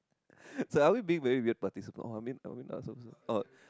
so are we being very weird participant I mean are we not supposed to oh